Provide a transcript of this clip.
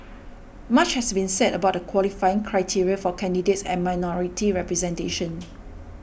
much has been said about the qualifying criteria for candidates and minority representation